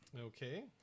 Okay